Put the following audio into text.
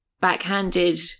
backhanded